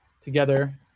together